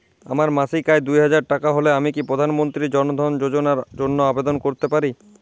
আমার মাসিক আয় দুহাজার টাকা হলে আমি কি প্রধান মন্ত্রী জন ধন যোজনার জন্য আবেদন করতে পারি?